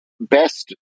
best